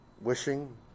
Wishing